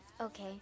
Okay